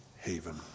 haven